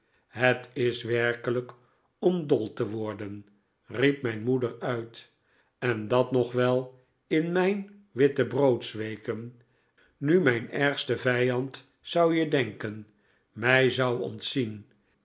het is werkelijk om dol te worden riep mijn moeder uit en dat nog wel in mijn wittebroodsweken nu mijn ergste vijand zou je denken mij zou ontzien